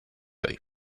hoy